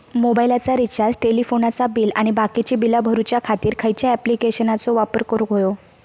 मोबाईलाचा रिचार्ज टेलिफोनाचा बिल आणि बाकीची बिला भरूच्या खातीर खयच्या ॲप्लिकेशनाचो वापर करूक होयो?